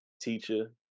teacher